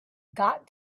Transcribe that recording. got